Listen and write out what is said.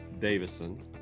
Davison